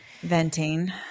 Venting